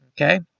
okay